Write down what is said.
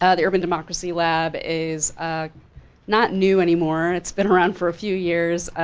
um the urban democracy lab is not new anymore, it's been around for a few years,